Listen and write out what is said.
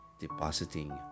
depositing